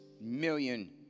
million